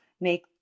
make